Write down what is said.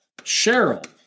Cheryl